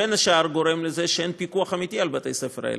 בין השאר גורם לזה שאין פיקוח אמיתי על בתי-הספר האלה,